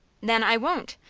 then, i won't!